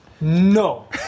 no